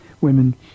women